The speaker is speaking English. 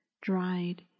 dried